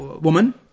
woman